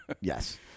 yes